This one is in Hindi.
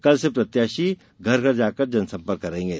कल से प्रत्याशी घर घर जाकर जनसंपर्क करेगे